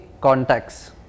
contacts